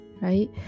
right